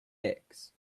licks